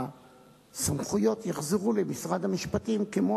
שהסמכויות יוחזרו למשרד המשפטים, כמו